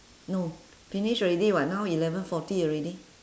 no finish already [what] now eleven forty already